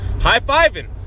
high-fiving